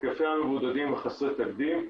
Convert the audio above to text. היקפי המבודדים הם חסרי תקדים,